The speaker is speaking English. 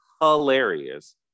hilarious